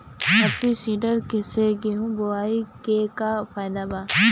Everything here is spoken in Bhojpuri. हैप्पी सीडर से गेहूं बोआई के का फायदा बा?